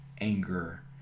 anger